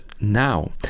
now